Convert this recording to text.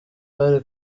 bari